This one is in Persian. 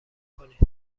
کنین